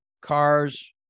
Cars